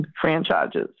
franchises